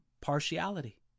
partiality